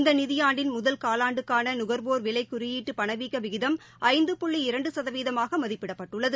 இந்த நிதியாண்டின் முதல் காலாண்டுக்கான நகர்வோர் விலை குறியீட்டு பணவீக்க விகிதம் ஐந்து புள்ளி இரண்டு சதவீதமாக மதிப்பிடப்பட்டுள்ளது